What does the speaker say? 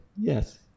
yes